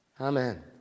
Amen